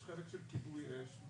יש חלק של כיבוי אש.